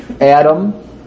Adam